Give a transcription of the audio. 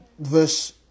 Verse